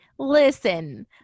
Listen